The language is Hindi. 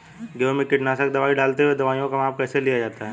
गेहूँ में कीटनाशक दवाई डालते हुऐ दवाईयों का माप कैसे लिया जाता है?